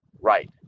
right